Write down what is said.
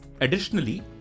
Additionally